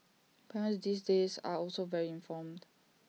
parents these days are also very informed